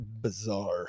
bizarre